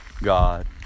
God